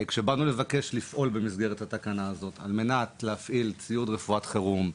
כשבאנו לבקש ולפעול במסגרת התקנה הזאת על מנת להפעיל ציוד רפואת חירום,